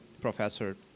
professor